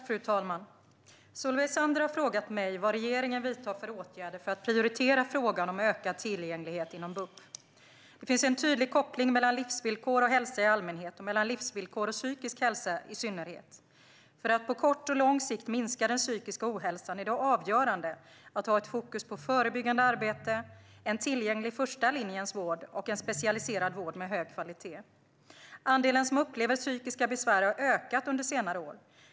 Fru talman! Solveig Zander har frågat mig vad regeringen vidtar för åtgärder för att prioritera frågan om ökad tillgänglighet inom BUP. Det finns en tydlig koppling mellan livsvillkor och hälsa i allmänhet och mellan livsvillkor och psykisk hälsa i synnerhet. För att på kort och lång sikt minska den psykiska ohälsan är det avgörande att ha ett fokus på förebyggande arbete, en tillgänglig första linjens vård och en specialiserad vård med hög kvalitet. Svar på interpellationer Andelen som upplever psykiska besvär har ökat under senare år.